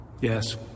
Yes